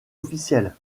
officiels